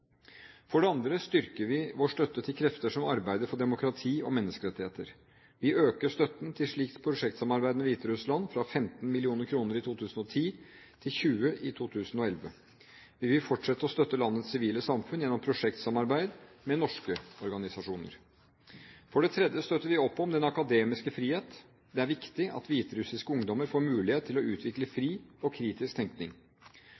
For det andre styrker vi vår støtte til krefter som arbeider for demokrati og menneskerettigheter. Vi øker støtten til slikt prosjektsamarbeid med Hviterussland fra 15 mill. kr i 2010 til 20 mill. kr i 2011. Vi vil fortsette å støtte landets sivile samfunn gjennom prosjektsamarbeid med norske organisasjoner. For det tredje støtter vi opp om den akademiske frihet. Det er viktig at hviterussiske ungdommer får mulighet til å utvikle